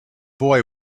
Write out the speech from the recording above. boy